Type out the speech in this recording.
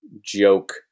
joke